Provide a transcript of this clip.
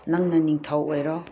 ꯅꯪꯅ ꯅꯤꯡꯊꯧ ꯑꯣꯏꯔꯣ